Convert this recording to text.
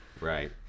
Right